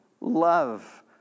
love